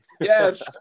Yes